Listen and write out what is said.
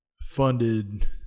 funded